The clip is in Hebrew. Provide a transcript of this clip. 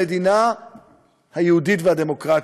המדינה היהודית והדמוקרטית,